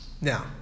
Now